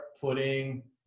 putting